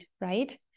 right